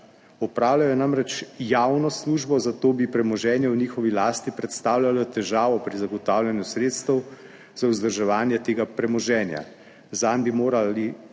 Opravljajo namreč javno službo, zato bi premoženje v njihovi lasti predstavljalo težavo pri zagotavljanju sredstev za vzdrževanje tega premoženja, zanj bi morali